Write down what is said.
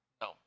No